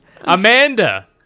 Amanda